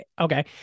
okay